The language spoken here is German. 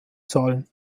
zahlen